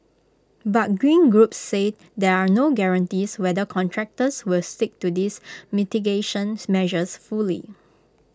but green groups say there are no guarantees whether contractors will stick to these mitigation measures fully